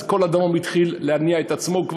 אז כל הדרום כבר התחיל להניע את עצמו.